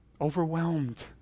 Overwhelmed